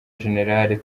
gen